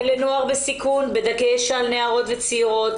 לנוער בסיכון, בדגש על נערות וצעירות.